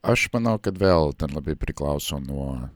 aš manau kad vėl ten labai priklauso nuo